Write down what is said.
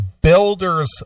builder's